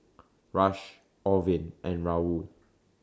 Rush Orvin and Raul